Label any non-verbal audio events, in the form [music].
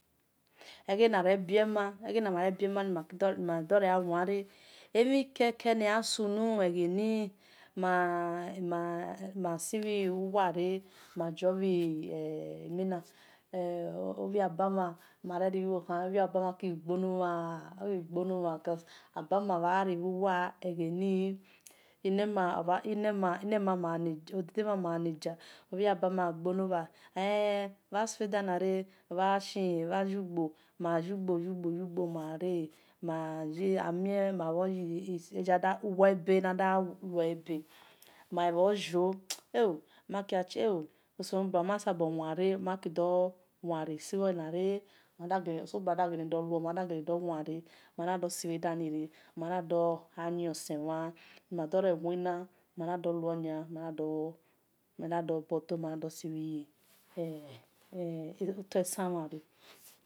Eghe na re bie mhan ni ma dore gha wanre ma sibhi uwa re major bhi mina [hesitation] ohia ba-mhan ki gbonu wa because aba mhan bha ribu wa egheni [hesitation] ine ma maghale dia obiabama gha gbolu wu el bha sibhedana re bha yu-gbo yugbo-yu-gbo ma gha re amie ma bhor ye egia du uwa be̠ egia da lue be̠ ma bho yor maki wel oh selobua ma bhi ghi wanre ni ma si bhor na re oselobua da kere do luo madu ki do sibhie nire mana do gha yio semhan madore wina mana dor luo nia ma na dor sibhi otoi san re.